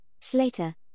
Slater